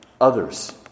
others